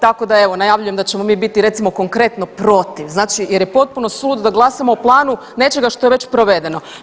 Tako da evo najavljujem da ćemo mi biti recimo konkretno protiv jer je potpuno suludo da glasamo o planu nečega što je već provedeno.